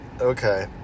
Okay